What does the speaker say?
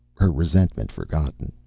her resentment forgotten.